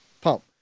pump